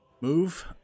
move